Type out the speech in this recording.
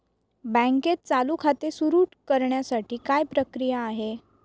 बँकेत चालू खाते सुरु करण्यासाठी काय प्रक्रिया आहे?